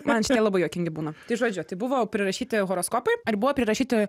man šitie labai juokingi būna tai žodžiu tai buvo prirašyti horoskopai ir buvo prirašyti